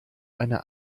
eine